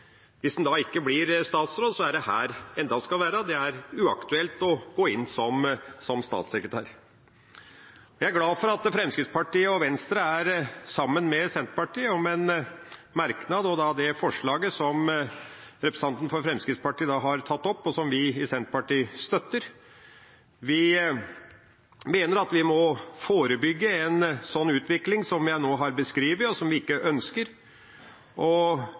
Hvis en ikke blir statsråd, er det her en skal være. Det er uaktuelt å gå inn som statssekretær. Jeg er glad for at Fremskrittspartiet og Venstre er sammen med Senterpartiet om en merknad og forslaget som representanten for Fremskrittspartiet har tatt opp, og som vi i Senterpartiet støtter. Vi mener at vi må forebygge en slik utvikling som jeg nå har beskrevet, og som vi ikke ønsker.